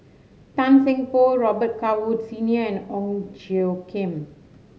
Tan Seng Poh Robet Carr Woods Senior and Ong Tjoe Kim